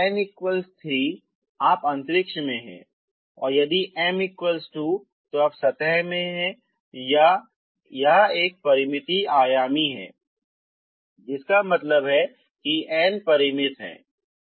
इसलिए यदि n 3 आप अंतरिक्ष में हैं यदि एन 2 आप सतह में हैं अन्यथा यह एक परिमित आयामी है जिसका मतलब है कि n परिमित है